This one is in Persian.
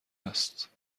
است